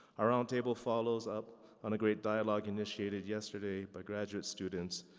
our roundtable follows up on a great dialogue initiated yesterday by graduate students.